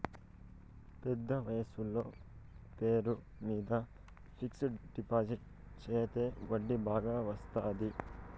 పెద్ద వయసోళ్ల పేరు మీద ఫిక్సడ్ డిపాజిట్ చెత్తే వడ్డీ బాగా వత్తాది